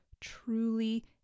truly